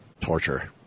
torture